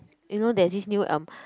you know there's this new um